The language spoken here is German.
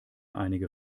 einige